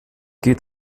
geht